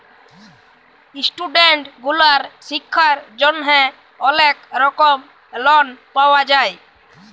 student গুলার শিক্ষার জন্হে অলেক রকম লন পাওয়া যায়